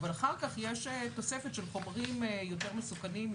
אבל אחר כך יש תוספת של חומרים יותר מסוכנים,